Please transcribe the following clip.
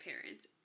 parents